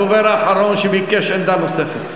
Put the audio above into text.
הדובר האחרון שביקש עמדה נוספת.